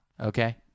Okay